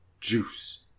Juice